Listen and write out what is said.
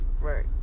Right